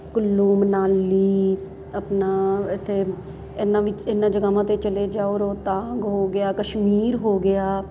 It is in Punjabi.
ਕੁੱਲੂ ਮਨਾਲੀ ਆਪਣਾ ਇੱਥੇ ਇਹਨਾਂ ਵਿੱਚ ਇਹਨਾਂ ਜਗ੍ਹਾਵਾਂ 'ਤੇ ਚਲੇ ਜਾਓ ਰੋਹਤਾਂਗ ਹੋ ਗਿਆ ਕਸ਼ਮੀਰ ਹੋ ਗਿਆ